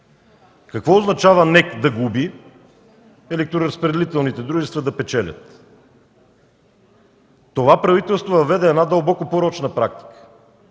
компания да губи, електроразпределителните дружества да печелят?! Това правителство въведе една дълбоко порочна практика